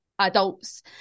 Adults